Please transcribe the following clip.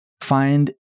find